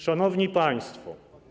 Szanowni Państwo!